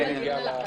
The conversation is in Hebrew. כולם בדיון על החלב.